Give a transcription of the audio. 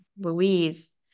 Louise